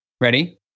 Ready